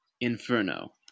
Inferno